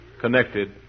connected